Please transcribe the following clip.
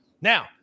now